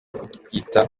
gutwita